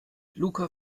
luca